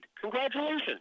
Congratulations